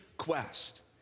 quest